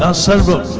ah several